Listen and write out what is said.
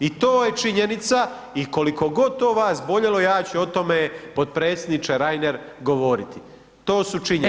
I to je činjenica i koliko god to vas boljelo ja ću o tome potpredsjedniče Reiner govoriti, to su činjenice.